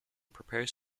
prepares